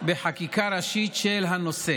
בחקיקה ראשית של הנושא